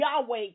Yahweh